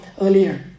earlier